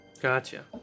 Gotcha